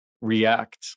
react